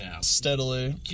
steadily